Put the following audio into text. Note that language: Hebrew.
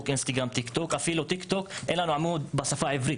טיקטוק אפילו אין לנו עמוד בשפה העברית,